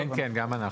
כן, כן, גם אנחנו.